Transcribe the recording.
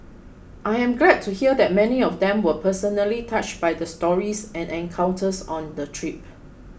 I am glad to hear that many of them were personally touched by the stories and encounters on the trip